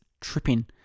tripping